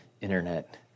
internet